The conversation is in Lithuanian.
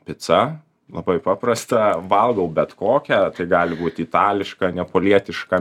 pica labai paprasta valgau bet kokią tai gali būti itališką nepalietišką